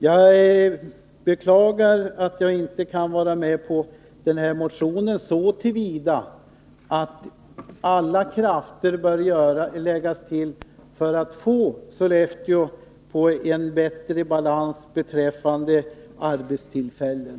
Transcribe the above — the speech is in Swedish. Jag beklagar att jag inte kan stödja motionen, eftersom jag anser att alla krafter bör sättas in för att Sollefteå skall få en bättre balans när det gäller arbetstillfällen.